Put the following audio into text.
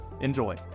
enjoy